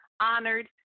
honored